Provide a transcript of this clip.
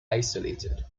isolated